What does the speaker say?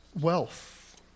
Wealth